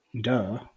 Duh